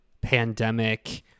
pandemic